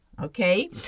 Okay